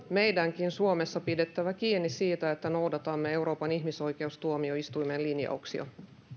meidänkin suomessa on pidettävä kiinni siitä että noudatamme euroopan ihmisoikeustuomioistuimen linjauksia